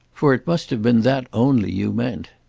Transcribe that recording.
for it must have been that only you meant.